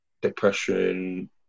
depression